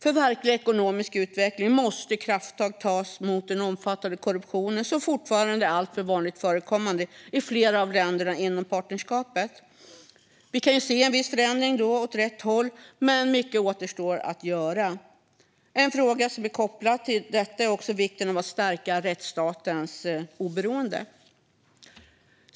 För verklig ekonomisk utveckling måste krafttag tas mot den omfattande korruption som fortfarande är alltför vanligt förekommande i flera av länderna inom partnerskapet. Vi kan se en viss förändring åt rätt håll, men mycket återstår att göra. En fråga som är kopplad till detta är vikten av att stärka rättsstatens oberoende.